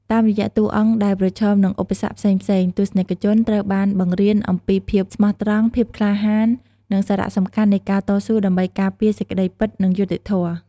តាមរយៈតួអង្គដែលប្រឈមនឹងឧបសគ្គផ្សេងៗ ទស្សនិកជនត្រូវបានបង្រៀនអំពីភាពស្មោះត្រង់ ភាពក្លាហាន និងសារៈសំខាន់នៃការតស៊ូដើម្បីការពារសេចក្តីពិតនិងយុត្តិធម៌។